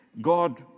God